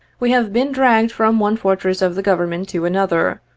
we have been dragged from one fortress of the government to another,